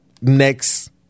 next